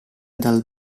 dal